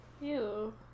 Ew